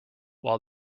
while